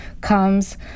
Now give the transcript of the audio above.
comes